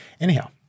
Anyhow